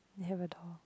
I have a dog